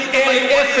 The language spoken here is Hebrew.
ב-2017 אין.